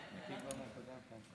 עד שלוש דקות לרשותך.